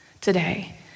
today